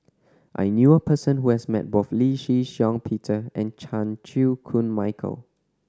I knew a person who has met both Lee Shih Shiong Peter and Chan Chew Koon Michael